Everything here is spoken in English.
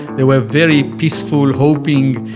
there were very peaceful, hoping,